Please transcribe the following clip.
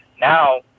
now